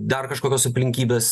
dar kažkokios aplinkybės